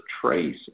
trace